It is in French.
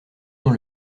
dans